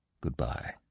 Goodbye